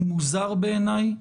מוזר בעיניי.